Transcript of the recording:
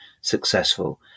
successful